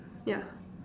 yeah